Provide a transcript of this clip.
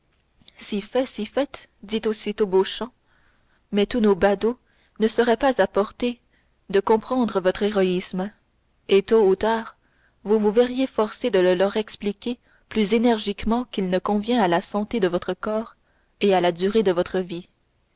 si fait si fait dit aussitôt beauchamp mais tous nos badauds ne seraient pas à portée de comprendre votre héroïsme et tôt ou tard vous vous verriez forcé de le leur expliquer plus énergiquement qu'il ne convient à la santé de votre corps et à la durée de votre vie